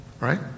right